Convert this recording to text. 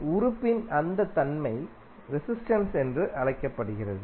எனவே உறுப்பின் அந்த தன்மை ரெசிஸ்டென்ஸ் என்று அழைக்கப்படுகிறது